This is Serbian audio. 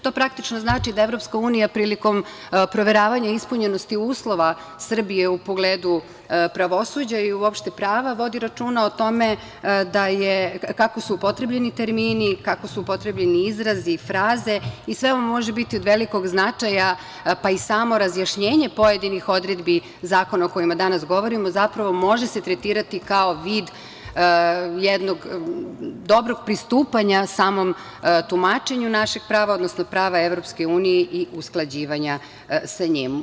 To praktično znači da Evropska unija prilikom proveravanja ispunjenosti uslova Srbije u pogledu pravosuđa i uopšte prava vodi računa o tome kako su upotrebljeni termini, kako su upotrebljeni izrazi i fraze i sve ovo može biti od velikog značaja, pa i samo razjašnjenje pojedinih odredbi zakona o kojima danas govorimo zapravo može se tretirati kao vid jednog dobrog pristupanja samom tumačenju našeg prava, odnosno prava Evropske unije i usklađivanja sa njim.